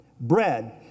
bread